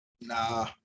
Nah